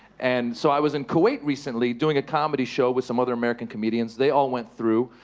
and so i was in kuwait recently, doing a comedy show with some other american comedians. they all went through.